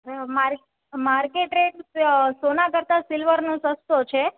હવે market rate સોના કરતા સિલ્વરનો સસ્તો છે